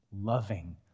loving